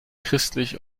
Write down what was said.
christlich